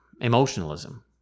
emotionalism